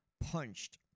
punched